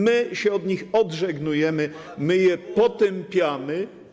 My się od nich odżegnujemy, my je potępiamy.